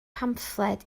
pamffled